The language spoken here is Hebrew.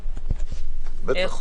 25,